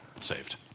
Saved